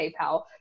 PayPal